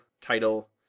title